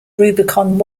rubicon